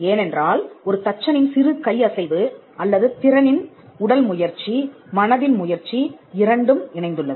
ஏனென்றால் ஒரு தச்சனின் சிறு கையசைவு அல்லது திறனில் உடல் முயற்சி மனதின் முயற்சி இரண்டும் இணைந்துள்ளது